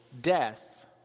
death